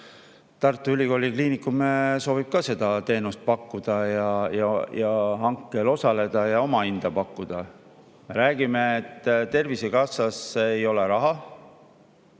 Tartu Ülikooli Kliinikum soovib ka seda teenust pakkuda ja hankel osaleda ja oma hinda pakkuda? Räägime, et Tervisekassas ei ole raha.